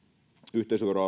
yhteisöveron